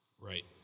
Right